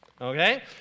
okay